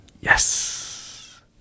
yes